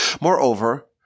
Moreover